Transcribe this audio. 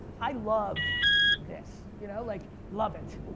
i love this. you know like love it.